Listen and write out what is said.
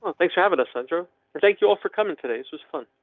but thanks for having a central thank you all for coming today. it was fun.